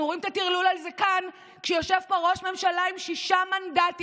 אנחנו רואים את הטרלול הזה כאן כשיושב פה ראש ממשלה עם שישה מנדטים,